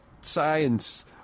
science